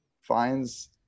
finds